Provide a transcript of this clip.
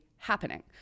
happening